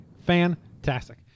Fantastic